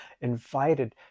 invited